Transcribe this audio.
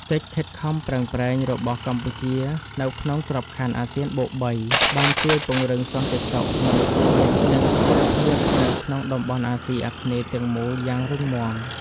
កិច្ចខិតខំប្រឹងប្រែងរបស់កម្ពុជានៅក្នុងក្របខ័ណ្ឌអាស៊ានបូកបី បានជួយពង្រឹងសន្តិសុខមនុស្សជាតិ និងស្ថិរភាពនៅក្នុងតំបន់អាស៊ីអាគ្នេយ៍ទាំងមូលយ៉ាងរឹងមាំ។